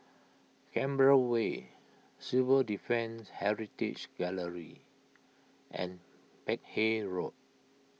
Canberra Way Civil Defence Heritage Gallery and Peck Hay Road